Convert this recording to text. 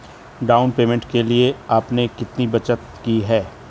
Down payment के लिए आपने कितनी बचत की है?